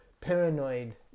paranoid